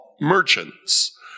merchants